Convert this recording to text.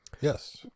Yes